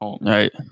Right